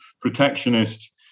protectionist